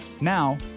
Now